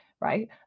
right